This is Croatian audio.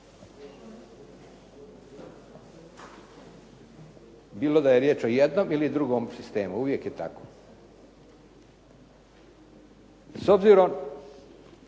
Bilo da je riječ o jednom ili drugom sistemu, uvijek je tako. S obzirom